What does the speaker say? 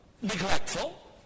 Neglectful